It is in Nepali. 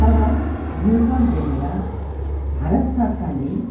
तब यो सब देखेर भारत सरकारले